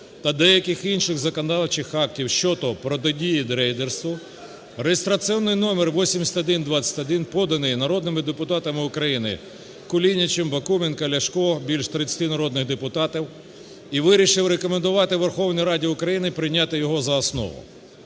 та деяких інших законодавчих актів щодо протидії рейдерству (реєстраційний номер 8121), поданий народними депутатами України Кулінічем, Бакуменком, Ляшко – більше 30 народних депутатів, і вирішив рекомендувати Верховній Раді України прийняти його за основу.